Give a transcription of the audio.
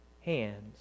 hands